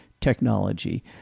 technology